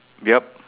yup